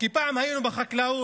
כי פעם היינו בחקלאות,